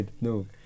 No